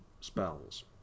spells